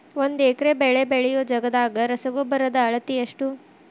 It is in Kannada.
ಒಂದ್ ಎಕರೆ ಬೆಳೆ ಬೆಳಿಯೋ ಜಗದಾಗ ರಸಗೊಬ್ಬರದ ಅಳತಿ ಎಷ್ಟು?